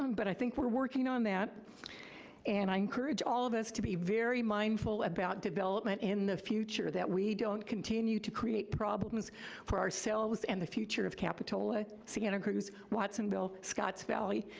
um but i think we're working on that and i encourage all of us to be very mindful about development in the future, that we don't continue to create problems for ourselves and the future of capitola, santa cruz, watsonville, scotts valley,